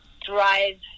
drive